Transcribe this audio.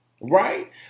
Right